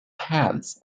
paths